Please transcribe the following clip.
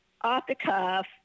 off-the-cuff